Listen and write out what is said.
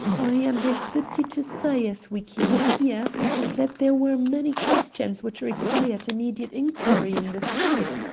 i understood you to say as we came here that there were many questions which required immediate inquiry in this house,